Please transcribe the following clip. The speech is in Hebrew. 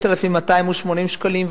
6,280 שקלים.